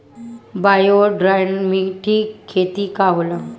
Biodynamic खेती का होला?